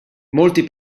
molti